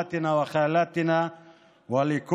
אמות המוסר של החברה